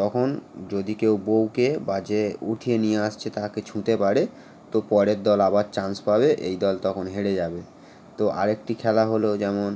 তখন যদি কেউ বউকে বা যে উঠিয়ে নিয়ে আসছে তাকে ছুঁতে পারে তো পরের দল আবার চান্স পাবে এই দল তখন হেরে যাবে তো আরেকটি খেলা হলো যেমন